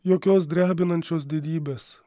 jokios drebinančios didybės